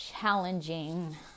challenging